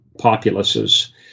populace's